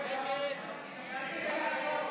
ההצעה להעביר